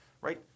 right